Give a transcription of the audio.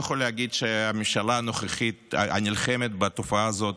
אני לא יכול להגיד שהממשלה הנוכחית נלחמת בתופעה הזאת